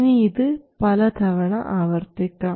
ഇനി ഇത് പല തവണ ആവർത്തിക്കാം